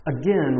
Again